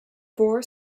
four